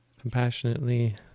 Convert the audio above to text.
compassionately